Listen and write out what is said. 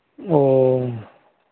ᱚ